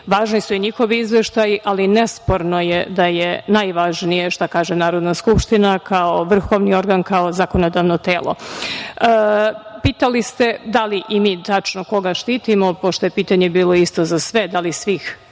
važni su njihovi izveštaji, ali nesporno je da je najvažnije šta kaže Narodna skupština, kao vrhovni organ, kao zakonodavno telo. Pitali ste koga štitimo, pošto je pitanje bilo isto za sve, da li svih